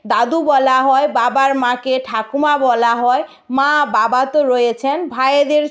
দাদু বলা হয় বাবার মাকে ঠাকুমা বলা হয় মা বাবা তো রয়েছেন ভাইয়েদের